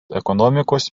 ekonomikos